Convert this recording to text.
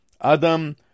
Adam